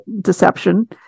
deception